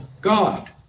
God